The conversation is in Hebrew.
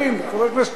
אף אחד לא שתק.